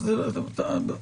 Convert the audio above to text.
ראשית,